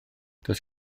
does